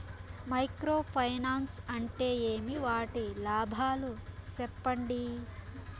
Micro finance అంటే ఏమి? వాటి లాభాలు సెప్పండి?